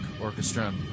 Orchestra